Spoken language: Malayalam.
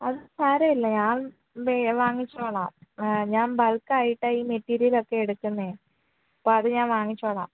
അത് സാരമില്ല ഞാൻ വാങ്ങിച്ചോളാം ഞാൻ ബൾക്ക് ആയിട്ടാണ് ഈ മെറ്റീരിയൽ ഒക്കെ എടുക്കുന്നത് അപ്പോൾ അത് ഞാൻ വാങ്ങിച്ചോളാം